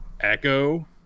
Echo